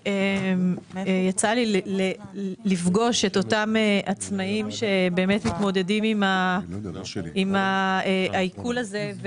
יצא לי לפגוש את אותם עצמאים שבאמת מתמודדים עם העיקול הזה,